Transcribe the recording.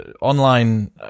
online